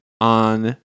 on